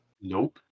Nope